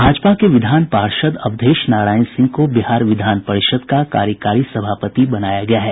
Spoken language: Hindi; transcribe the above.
भाजपा के विधान पार्षद अवधेश नारायण सिंह को बिहार विधान परिषद का कार्यकारी सभापति बनाया गया है